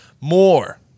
more